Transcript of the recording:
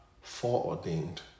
foreordained